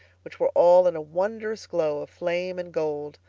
which were all in a wondrous glow of flame and gold,